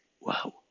wow